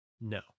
No